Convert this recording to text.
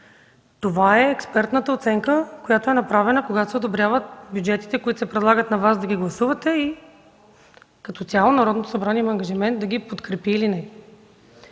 Това е експертната оценка, която е направена, когато се одобряват бюджетите, които се предлагат на Вас да ги гласувате, и като цяло Народното събрание има ангажимент да ги подкрепи или не.